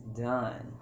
done